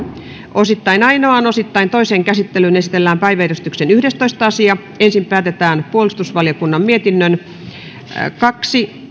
osittain ainoaan osittain toiseen käsittelyyn esitellään päiväjärjestyksen yhdestoista asia ensin päätetään puolustusvaliokunnan mietinnön kaksi